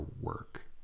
work